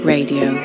Radio